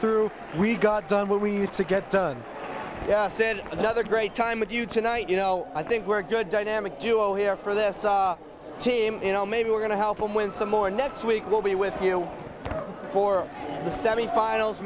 through we got done what we used to get done yeah said another great time with you tonight you know i think we're a good dynamic duo here for this team you know maybe we're going to help them win some more next week will be with you for the semifinals